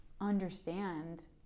understand